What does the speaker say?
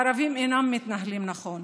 הערבים אינם מתנהלים נכון.